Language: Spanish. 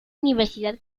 universidad